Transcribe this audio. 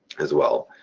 as well.